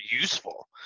useful